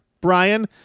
Brian –